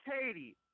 katie